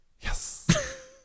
yes